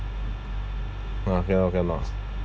uh can or cannot